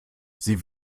sie